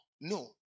No